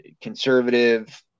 conservative